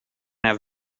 have